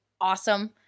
awesome